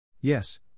Yes